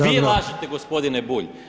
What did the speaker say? Vi lažete gospodine Bulj!